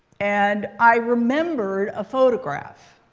and i remembered a photograph.